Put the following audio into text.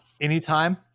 anytime